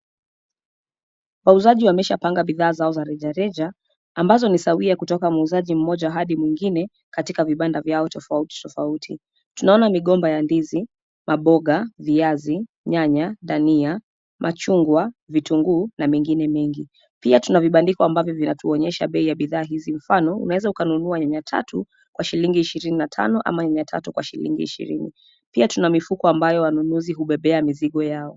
Wauzaji wameshapanga bidhaa zao za rejareja ambazo ni sawia kutoka muuzaji mmoja hadi mwingine katika vibanda vyao tofauti tofauti. Tunaona migomba ya ndizi, maboga, viazi, nyanya, dania, machungwa vitunguu na mengine mengi. Pia tuna vibandiko ambavyo vinatuonyesha bei ya bidhaa hizi mfano, unaweza ukanunua nyanya tatu kwa shilingi ishirini na tano ama nyanya tatu kwa shilingi ishirini. Pia tuna mifuko ambayo wanunuzi hubebea mizigo yao.